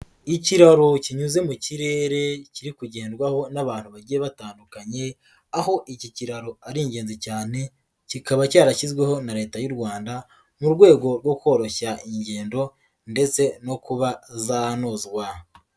Ikiraro kinyuze mu kirere kiri kugenrwaho n'abantu bagiye batandukanye, aho iki kiraro ari ingenzi cyane, kikaba cyarashyizweho na Leta y'u Rwanda, mu rwego rwo koroshya ingendo ndetse no kuba zanozwa.